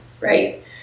Right